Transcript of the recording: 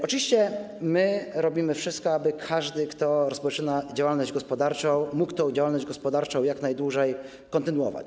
Oczywiście my robimy wszystko, aby każdy, kto rozpoczyna działalność gospodarczą, mógł tę działalność gospodarczą jak najdłużej kontynuować.